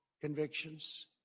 convictions